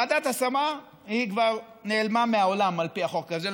ועדת ההשמה כבר נעלמה מהעולם על פי החוק הזה.